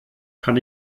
kann